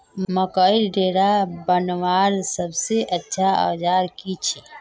मकईर डेरा बनवार सबसे अच्छा औजार की छे?